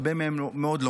הרבה מהם לומדים,